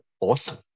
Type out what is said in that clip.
awesome